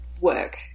work